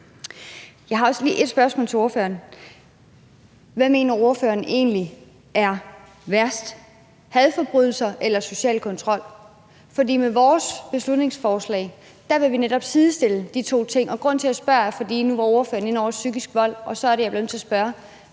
Jeg har også lige et spørgsmål til ordføreren: Hvad mener ordføreren egentlig er værst – hadforbrydelser eller social kontrol? For med vores beslutningsforslag vil vi netop sidestille de to ting. Grunden til, at jeg spørger, er, at ordføreren var inde på psykisk vold. Så er det, jeg bliver nødt til at spørge: